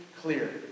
clear